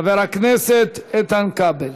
חבר הכנסת איתן כבל.